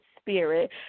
spirit